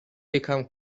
become